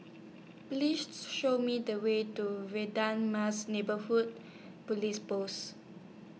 Please Show Me The Way to Mas Neighbourhood Police Post